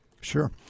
Sure